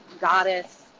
goddess